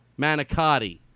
manicotti